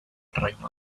reino